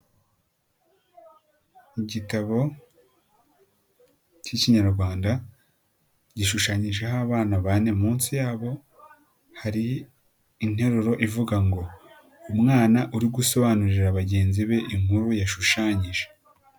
Igitabo k'ikinyarwanda, gishushanyijeho abana bane, munsi yabo hari interuro ivuga ngo umwana urigu usobanurire bagenzi be inkuru yashushanyije.